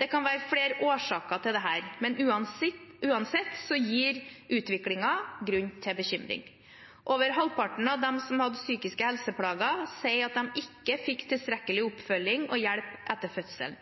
Det kan være flere årsaker til dette, men uansett gir utviklingen grunn til bekymring. Over halvparten av dem som hadde psykiske helseplager, sier at de ikke fikk tilstrekkelig oppfølging og hjelp etter fødselen.